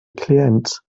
clients